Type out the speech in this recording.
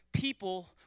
people